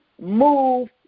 move